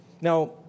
Now